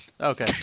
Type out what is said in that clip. Okay